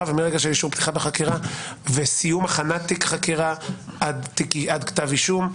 ומרגע של אישור פתיחה בחקירה וסיום הכנת תיק חקירה עד כתב אישום.